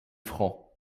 francs